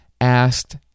asked